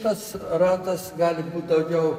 tas ratas gali būt daugiau